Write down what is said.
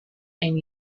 and